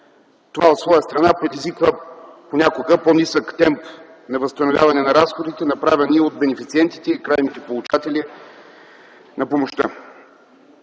Това от своя страна предизвиква понякога по-нисък темп на възстановяване на разходите, направени от бенефициентите и крайните получатели на помощта.